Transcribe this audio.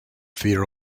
fear